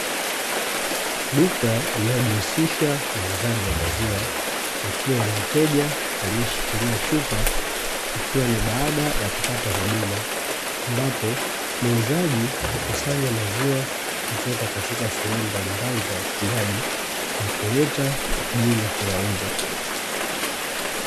Duka linalojihusisha na uuzaji wa maziwa likiwa na mteja alieshikilia chupa Ikiwa ni baada ya kupata huduma, ambapo muuzaji hukusanya maziwa kutoka katika sehemu mbalimbali za wafugaji na kuleta kwa ajili ya kuyauza.